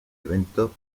evento